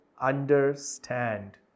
understand